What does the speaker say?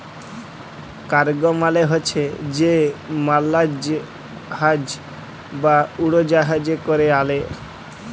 cargo মালে হছে যে মালজাহাজ বা উড়জাহাজে ক্যরে আলে